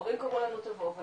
ההורים קראו לנו תבואו,